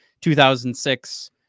2006